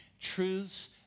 Truths